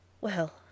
Well